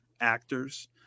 actors